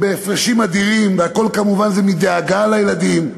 בהפרשים אדירים, והכול, כמובן, מדאגה לילדים.